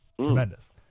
tremendous